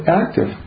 active